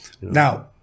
Now